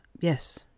Yes